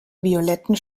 violetten